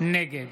נגד